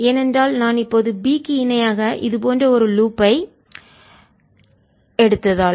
ஏனென்றால் நான் இப்போது B க்கு இணையாக இது போன்ற ஒரு லூப்பைவளையத்தை எடுத்ததால்